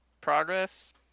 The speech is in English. progress